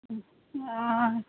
ও আর